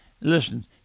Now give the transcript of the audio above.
Listen